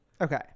Okay